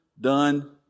done